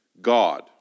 God